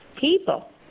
people